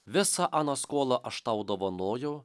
visą aną skolą aš tau dovanojau